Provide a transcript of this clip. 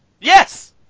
Yes